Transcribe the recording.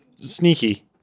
sneaky